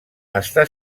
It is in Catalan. està